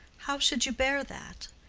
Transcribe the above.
how should you bear that!